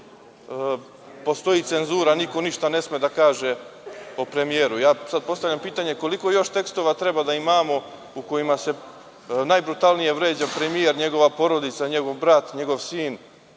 postoji cenzura, niko ništa ne sme da kaže o premijeru. Ja sada postavljam pitanje – koliko još tekstova treba da imamo u kojima se najbrutalnije vređa premijer, njegova porodica, njegov brat, njegov sin?